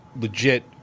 legit